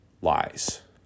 lies